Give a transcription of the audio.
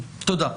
תודה.